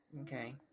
Okay